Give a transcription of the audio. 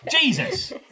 Jesus